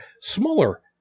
smaller